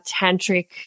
tantric